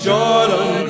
Jordan